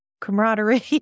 camaraderie